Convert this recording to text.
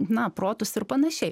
na protus ir panašiai